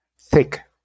thick